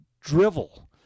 drivel